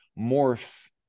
morphs